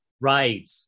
right